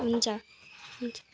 हुन्छ हुन्छ